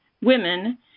women